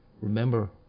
remember